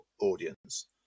audience